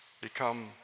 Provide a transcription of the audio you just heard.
become